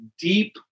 deep